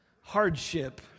hardship